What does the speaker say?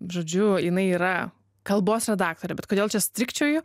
žodžiu jinai yra kalbos redaktorė bet kodėl čia strigčioju